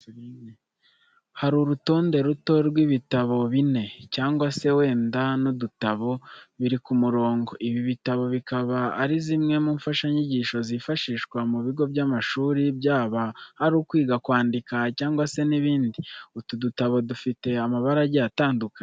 Hari urutonde ruto rw'ibitabo bine, cyangwa se wenda n'udutabo, biri ku murongo. Ibi bitabo bikaba ari zimwe mu mfashanyigisho z'ifashishwa mu bigo by'amashuri, byaba ari kwiga kwandika cyangwa se n'ibindi. Utu dutabo dufite amabara agiye atandukanye.